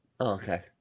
Okay